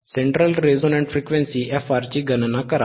central resonant frequency fR ची गणना करा